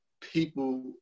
people